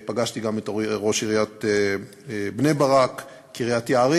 פגשתי גם את ראשי עיריות בני-ברק וקריית-יערים.